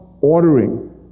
ordering